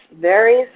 varies